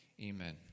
Amen